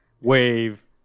wave